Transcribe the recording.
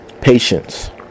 Patience